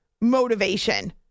motivation